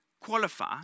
qualify